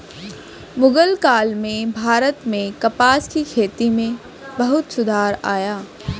मुग़ल काल में भारत में कपास की खेती में बहुत सुधार आया